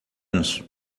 anos